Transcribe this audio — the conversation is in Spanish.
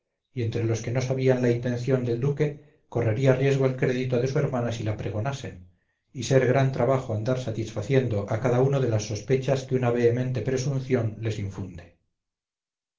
y entre los que no sabían la intención del duque correría riesgo el crédito de su hermana si la pregonasen y ser gran trabajo andar satisfaciendo a cada uno de las sospechas que una vehemente presumpción les infunde